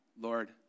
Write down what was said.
Lord